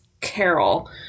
Carol